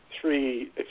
three